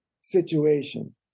situation